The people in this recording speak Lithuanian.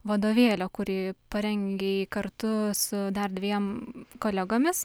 vadovėlio kurį parengei kartu su dar dviem kolegomis